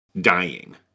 dying